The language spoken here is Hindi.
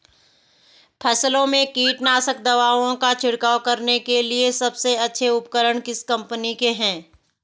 फसलों में कीटनाशक दवाओं का छिड़काव करने के लिए सबसे अच्छे उपकरण किस कंपनी के हैं?